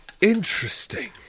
Interesting